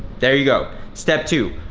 there you go. step two,